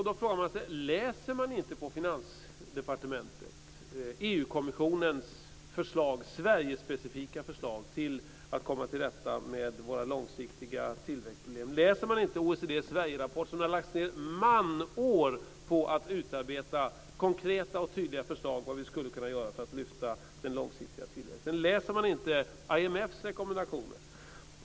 Man frågar sig: Läser man inte på Finansdepartementet EU-kommissionens Sverigespecifika förslag till hur vi ska komma till rätta med landets långsiktiga tillväxtproblem? Läser man inte OECD:s Sverigerapport, där det har lagts ned manår på att utarbeta konkreta och tydliga förslag på vad vi skulle kunna göra för att lyfta den långsiktiga tillväxten? Och läser man inte IMF:s rekommendationer?